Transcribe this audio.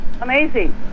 Amazing